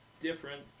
different